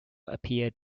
appeared